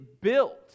built